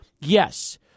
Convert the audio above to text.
yes